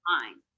mind